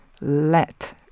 Let